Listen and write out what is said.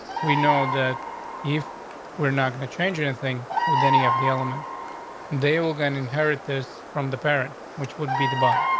we know that if we're not gonna change anything with any of the elements they organ inherited from the parent, which would be the body.